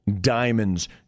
diamonds